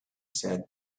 said